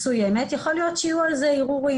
מסוימת, יכול להיות שיהיו על זה ערעורים.